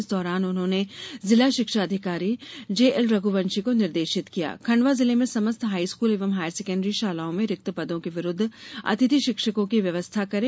इस दौरान उन्होंने जिला शिक्षा अधिकारी जेएल रघुवंशी को निर्देशित किया कि खण्डवा जिले में समस्त हाईस्कूल एवं हायर सेकेण्डरी शालाओं में रिक्त पदों के विरूद्व अतिथि शिक्षको की व्यवस्था करें